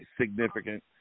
significant